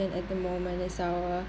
at the moment is our